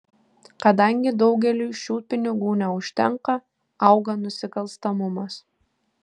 kadangi daugeliui šių pinigų neužtenka auga nusikalstamumas